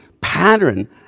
pattern